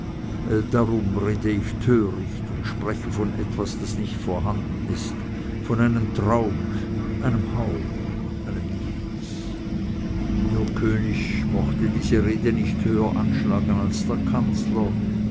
darum rede ich töricht und spreche von etwas das nicht vorhanden ist von einem traum einem hauch einem nichts der könig mochte diese rede nicht höher anschlagen als der kanzler